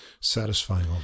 satisfying